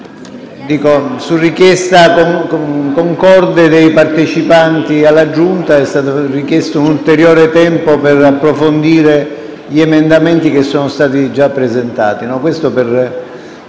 Su richiesta concorde dei membri della Giunta è stato chiesto un ulteriore tempo per approfondire gli emendamenti che sono stati già presentati.